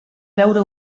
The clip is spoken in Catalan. veure